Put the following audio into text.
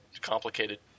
complicated